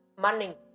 money